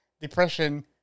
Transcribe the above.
depression